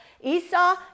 Esau